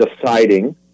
deciding